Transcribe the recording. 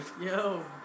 Yo